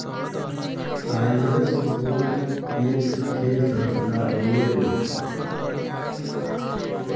ISO एक ठे संस्था हउवे